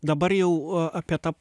dabar jau apie tą